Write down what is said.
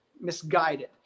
misguided